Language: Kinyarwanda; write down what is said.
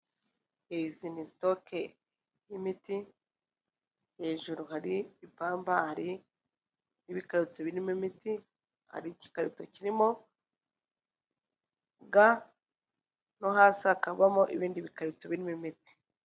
Izi ni sitoke z'imiti, hejuru hari ipamba hari ibikarito birimo imiti, hari igikarito kirimo ga no hasi hakabamo ibindi bikarito birimo imiti.